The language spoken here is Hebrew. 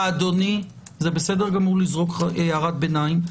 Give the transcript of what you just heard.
בסדר גמור לזרוק הערת ביניים.